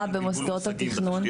במוסדות התכנון --- יש לך בלבול מושגים,